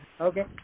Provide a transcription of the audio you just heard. okay